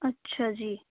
ਅੱਛਾ ਜੀ